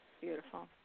Beautiful